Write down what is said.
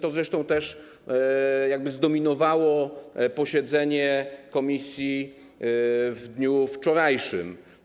To zresztą też zdominowało posiedzenie komisji w dniu wczorajszym.